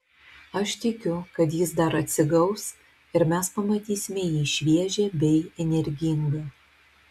aš tikiu kad jis dar atsigaus ir mes pamatysime jį šviežią bei energingą